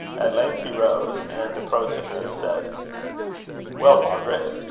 at length he rose, and, approaching her, said well, margaret,